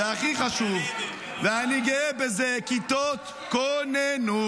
--- והכי חשוב, ואני גאה בזה, כיתות כוננות.